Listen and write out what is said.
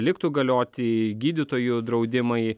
liktų galioti gydytojų draudimai